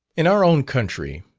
in our own country,